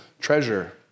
treasure